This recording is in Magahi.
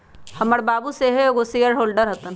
हमर बाबू सेहो एगो शेयर होल्डर हतन